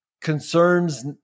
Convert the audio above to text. concerns